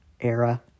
era